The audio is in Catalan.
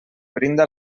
brinda